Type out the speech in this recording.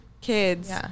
kids